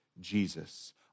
Jesus